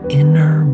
inner